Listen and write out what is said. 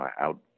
out